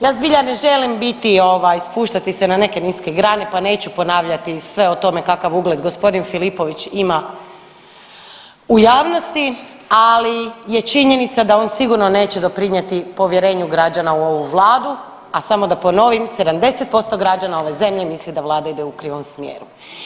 Ja zbilja ne želim biti ovaj, spuštati se na neke niske grane pa neću ponavljati sve o tome kakav ugled g. Filipović ima u javnosti, ali je činjenica da on sigurno neće doprinijeti povjerenju građana u ovu Vladu, a samo da ponovim, 70% građana ove zemlje mislim da Vlada ide u krivom smjeru.